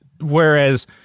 whereas